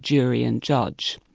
jury and judge.